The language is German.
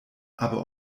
aber